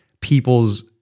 people's